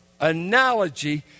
analogy